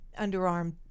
underarm